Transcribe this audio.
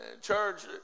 Church